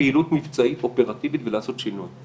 פעילות מבצעית אופרטיבית ולעשות שינוי.